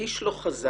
"איש לא חזה,